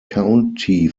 county